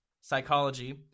psychology